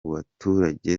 baturage